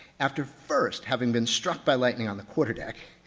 after first having been struck by lightning on the quarterdeck,